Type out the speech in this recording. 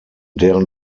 deren